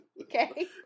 Okay